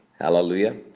hallelujah